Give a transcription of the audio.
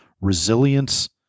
resilience